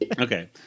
Okay